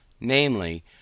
namely